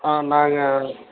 ஆ நாங்கள்